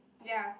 ya